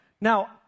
Now